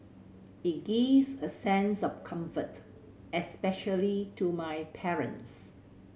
it gives a sense of comfort especially to my parents